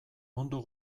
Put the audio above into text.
mundu